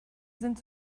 sind